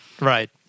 Right